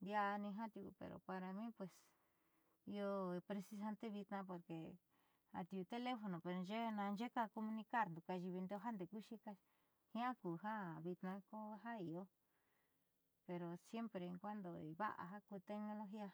ndiaani ja tiuku pero para mi pues io precisante vitnaa porque tenuja atiuu telefono naaxeé comunicarndo ku ayiivindo ndeeku xiikaxi ndeeku vitnaa ju ka'ando pero siempre en cuando va'a ku ja tegnologia.